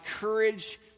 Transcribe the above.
courage